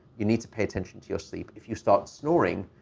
you need to pay attention to your sleep. if you start snoring,